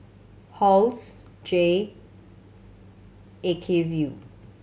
Halls Jay Acuvue